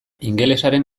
ingelesaren